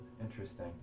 Interesting